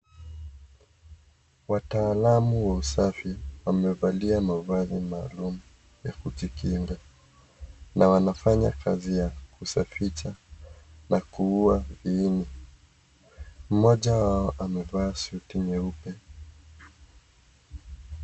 Wataalam wa usafi wamevalia mavazi maalum ya kujikinga na wanafanya kazi ya kusafisha na kuuwa viini. Mmoja wao amevaa shati nyeupe.